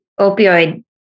opioid